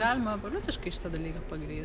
galima evoliuciškai šitą dalyką pagrįst